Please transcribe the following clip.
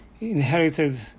inherited